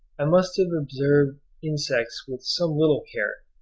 i must have observed insects with some little care,